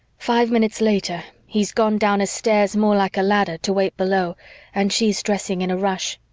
five minutes later, he's gone down a stairs more like a ladder to wait below and she's dressing in a rush.